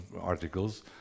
articles